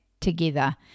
together